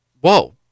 Whoa